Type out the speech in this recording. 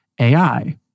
AI